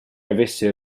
avesse